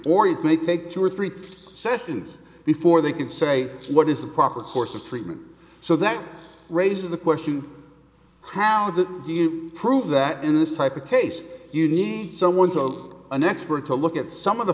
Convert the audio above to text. or it may take two or three seconds before they can say what is the proper course of treatment so that raises the question how did you prove that in this type of case you need someone to hold an expert to look at some of the